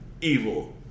evil